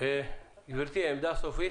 העמדה הסופית?